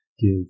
give